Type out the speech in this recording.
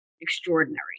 extraordinary